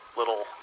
little